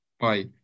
bye